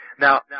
Now